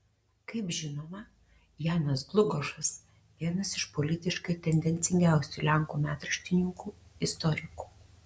kaip žinoma janas dlugošas vienas iš politiškai tendencingiausių lenkų metraštininkų istorikų